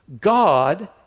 God